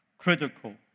Critical